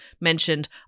mentioned